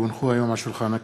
כי הונחו היום על שולחן הכנסת,